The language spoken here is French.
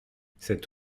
cette